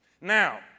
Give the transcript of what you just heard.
Now